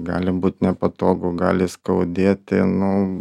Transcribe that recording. gali būt nepatogu gali skaudėti nu